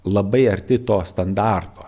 labai arti to standarto